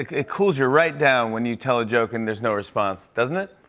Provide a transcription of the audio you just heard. it cools you right down when you tell a joke and there's no response, doesn't it?